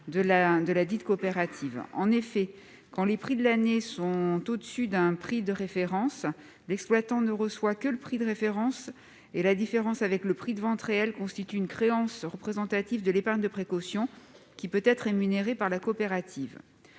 de sa coopérative. En effet, quand les prix de l'année sont au-dessus d'un prix de référence, l'exploitant ne reçoit que le prix de référence, et la différence avec le prix de vente réel constitue une créance représentative de l'épargne de précaution, qui peut être rémunérée par la coopérative.